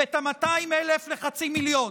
ו-200,000 לחצי מיליון,